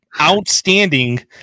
outstanding